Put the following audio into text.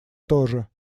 тоже